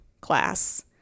class